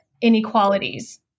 inequalities